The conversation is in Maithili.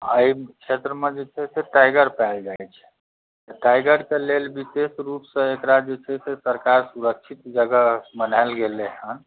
आओर एहि क्षेत्रमे जे छै से टाइगर पायल जाइ छै तऽ टाइगरके लेल विशेष रूपसँ एकरा जे छै से सरकार सुरक्षित जगह बनायल गेलै हँ